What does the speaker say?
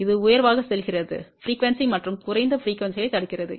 இது உயர்வாக செல்கிறது அதிர்வெண்கள் மற்றும் குறைந்த அதிர்வெண்ணைத் தடுக்கிறது